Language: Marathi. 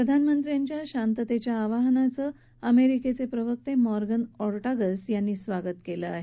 प्रधानमंत्र्यांच्या शांती आवाहनाचं अमेरिकी प्रवक्ते मॉर्गन ओर्टागस यांनी स्वागत केलं आहे